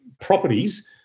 properties